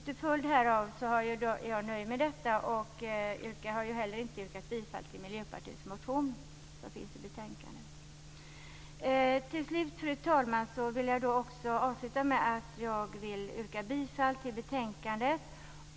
Till följd av detta nöjer jag mig med detta och avstår från att yrka bifall till Miljöpartiets motion, som behandlas i betänkandet. Fru talman! Jag yrkar bifall till hemställan i betänkandet.